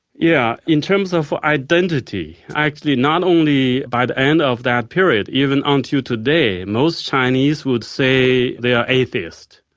yeah, in terms of identity, actually not only by the end of that period, even until today, most chinese would say they are atheist.